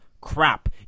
crap